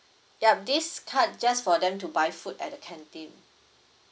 yup this card just for them to buy food at the canteen